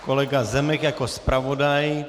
Kolega Zemek jako zpravodaj.